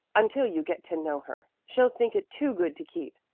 until you get to know her. she'll think it too good to keep,